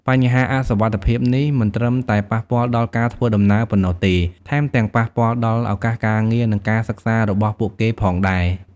បញ្ហាអសុវត្ថិភាពនេះមិនត្រឹមតែប៉ះពាល់ដល់ការធ្វើដំណើរប៉ុណ្ណោះទេ ថែមទាំងប៉ះពាល់ដល់ឱកាសការងារនិងការសិក្សារបស់ពួកគេផងដែរ។